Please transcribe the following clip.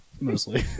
mostly